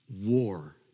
war